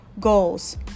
goals